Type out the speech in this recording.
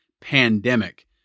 pandemic